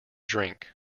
drink